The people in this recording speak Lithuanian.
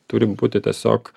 turi būti tiesiog